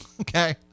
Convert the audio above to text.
okay